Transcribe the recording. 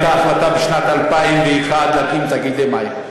הייתה החלטה בשנת 2001 להקים תאגידי מים.